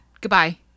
Goodbye